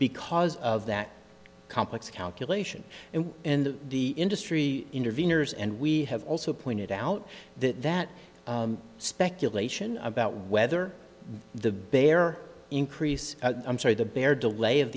because of that complex calculation and and the industry interveners and we have also pointed out that that speculation about whether the bear increase i'm sorry the bear delay of